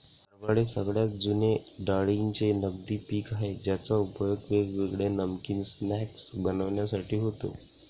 हरभरे सगळ्यात जुने डाळींचे नगदी पिक आहे ज्याचा उपयोग वेगवेगळे नमकीन स्नाय्क्स बनविण्यासाठी होतो